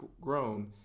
grown